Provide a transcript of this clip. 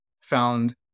found